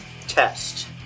Test